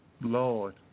Lord